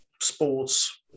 sports